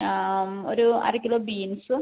ഒരു അര kilo beans